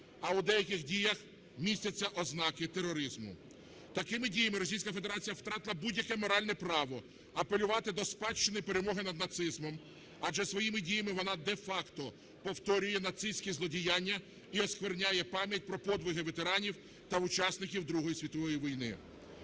а у деяких діях містяться ознаки тероризму. Таким діями Російська Федерація втратила будь-яке моральне право апелювати до спадщини перемоги над нацизмом, адже своїми діями вона де-факто повторює нацистські злодіяння і оскверняє пам'ять про подвиги ветеранів та учасників Другої світової війни.